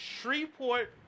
Shreveport